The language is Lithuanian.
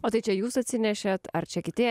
o tai čia jūs atsinešėt ar čia kiti